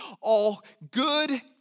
all-good